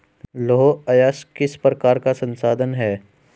लौह अयस्क किस प्रकार का संसाधन है?